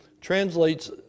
translates